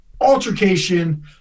altercation